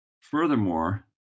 Furthermore